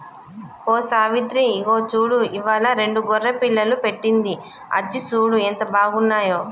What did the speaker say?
ఓ సావిత్రి ఇగో చూడు ఇవ్వాలా రెండు గొర్రె పిల్లలు పెట్టింది అచ్చి సూడు ఎంత బాగున్నాయో